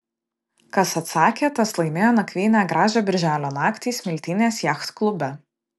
kas atsakė tas laimėjo nakvynę gražią birželio naktį smiltynės jachtklube